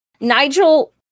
Nigel